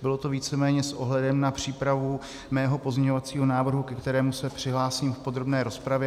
Bylo to víceméně s ohledem na přípravu mého pozměňovacího návrhu, ke kterému se přihlásím v podrobné rozpravě.